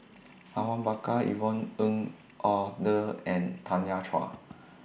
Awang Bakar Yvonne Ng Uhde and Tanya Chua